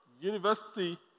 university